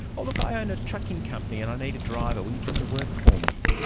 ah look, i own a trucking company and i need a driver, will you come and work for me?